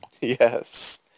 Yes